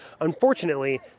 Unfortunately